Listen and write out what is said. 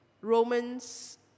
Romans